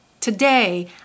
Today